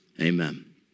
Amen